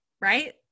right